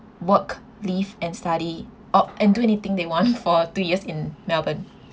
work live and study oh and do anything they want for two years in melbourne